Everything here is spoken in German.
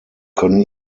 können